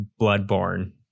Bloodborne